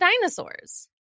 dinosaurs